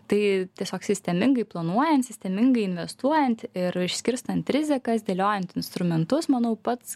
tai tiesiog sistemingai planuojan sistemingai investuojant ir išskirstant rizikas dėliojant instrumentus manau pats